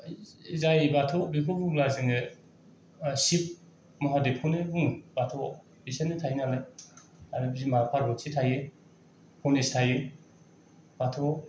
जाय बाथौ बेखौ बुंला जोङो सिभ महादेवखौनो बुङो बाथौ आव बिसोरनो थायो नालाय आरो बिमा पारबति थायो गणेस थायो बाथौ आव